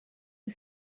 you